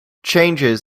changes